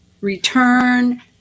return